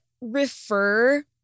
refer